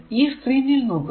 ഈ സ്ക്രീനിൽ നോക്കുക